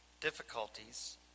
difficulties